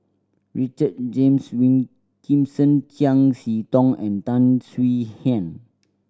Richard James Wilkinson Chiam See Tong and Tan Swie Hian